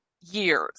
years